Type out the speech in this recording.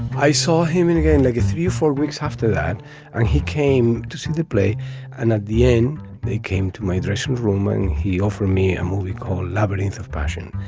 i saw him in a game like a three or four weeks after that, and he came to see the play and at the end they came to my dressing room and he offered me a movie called labyrinth of passion.